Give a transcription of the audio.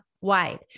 wide